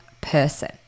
person